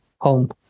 home